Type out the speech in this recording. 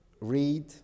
read